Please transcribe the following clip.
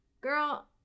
girl